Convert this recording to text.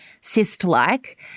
cyst-like